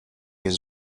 his